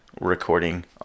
recording